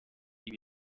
iba